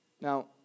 Now